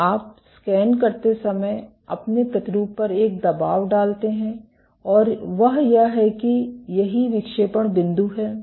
तो आप स्कैन करते समय अपने प्रतिरूप पर एक दबाब डालते हैं और वह यह है कि यही विक्षेपण बिन्दु है